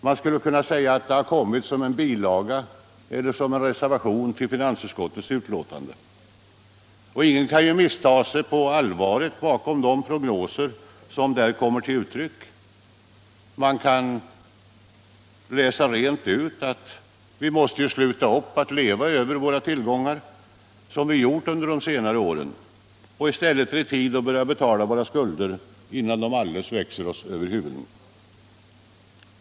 Man skulle kunna säga att det har kommit som en bilaga eller som en reservation till finansutskottets betänkande. Ingen kan missta sig på allvaret bakom de prognoser som där görs. Man säger rent ut att vi måste sluta upp att leva över våra tillgångar, som vi gjort under de senaste åren. I stället är det tid att börja betala våra skulder, innan de alldeles växer oss över huvudet.